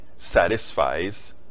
satisfies